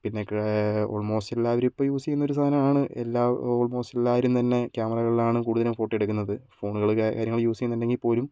പിന്നെ ആൾമോസ്റ്റ് എല്ലാവരും ഇപ്പോൾ യൂസ് ചെയ്യുന്ന ഒരു സാധനമാണ് എല്ലാ ആൾമോസ്റ്റ് എല്ലാവരും തന്നെ ക്യാമറകളിലാണ് കൂടുതലും ഫോട്ടോ എടുക്കുന്നത് ഫോണുകൾ കാര്യങ്ങൾ യൂസ് ചെയ്യുന്നുണ്ടെങ്കിൽപ്പോലും